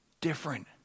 different